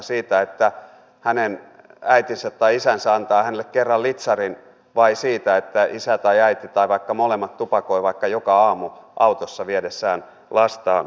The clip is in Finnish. siitä että hänen äitinsä tai isänsä antaa hänelle kerran litsarin vai siitä että isä tai äiti tai vaikka molemmat tupakoivat vaikka joka aamu autossa viedessään lastaan päivähoitoon